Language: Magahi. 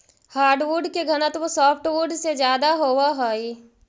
हार्डवुड के घनत्व सॉफ्टवुड से ज्यादा होवऽ हइ